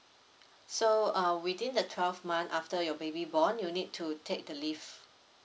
so uh within the twelve month after your baby born you need to take the leave